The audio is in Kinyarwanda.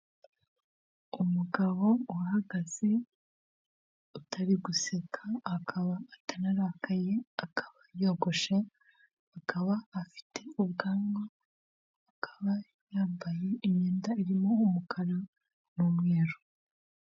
Umugabo uhagaze utari guseka akaba atanarakaye, akaba yogoshe akaba afite ubwanwa akaba yambaye imyenda irimo umukara n'umweru.